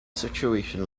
situation